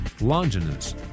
Longinus